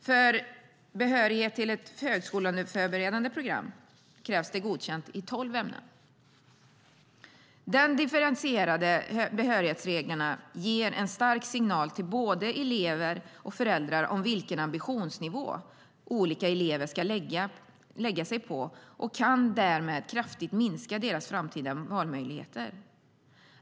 För behörighet till de högskoleförberedande programmen krävs det godkänt i tolv ämnen. De differentierade behörighetsreglerna ger en stark signal till både elever och föräldrar om vilken ambitionsnivå olika elever ska lägga sig på och kan därmed kraftigt minska deras framtida valmöjligheter.